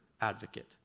advocate